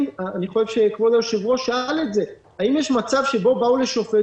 אני חושב שכבוד היושב-ראש שאל את זה האם יש מצב שבאו לשופט